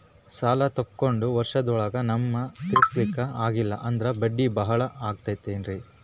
ಸಾಲ ತೊಗೊಂಡು ವರ್ಷದೋಳಗ ನಮಗೆ ತೀರಿಸ್ಲಿಕಾ ಆಗಿಲ್ಲಾ ಅಂದ್ರ ಬಡ್ಡಿ ಬಹಳಾ ಆಗತಿರೆನ್ರಿ?